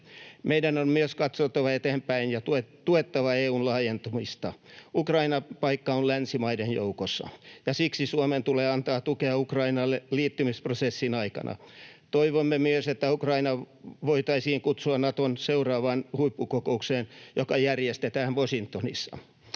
Meidän on myös katsottava eteenpäin ja tuettava EU:n laajentumista. Ukrainan paikka on länsimaiden joukossa, ja siksi Suomen tulee antaa tukea Ukrainalle liittymisprosessin aikana. Toivomme myös, että Ukraina voitaisiin kutsua Naton seuraavaan huippukokoukseen, joka järjestetään Washingtonissa.